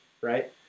right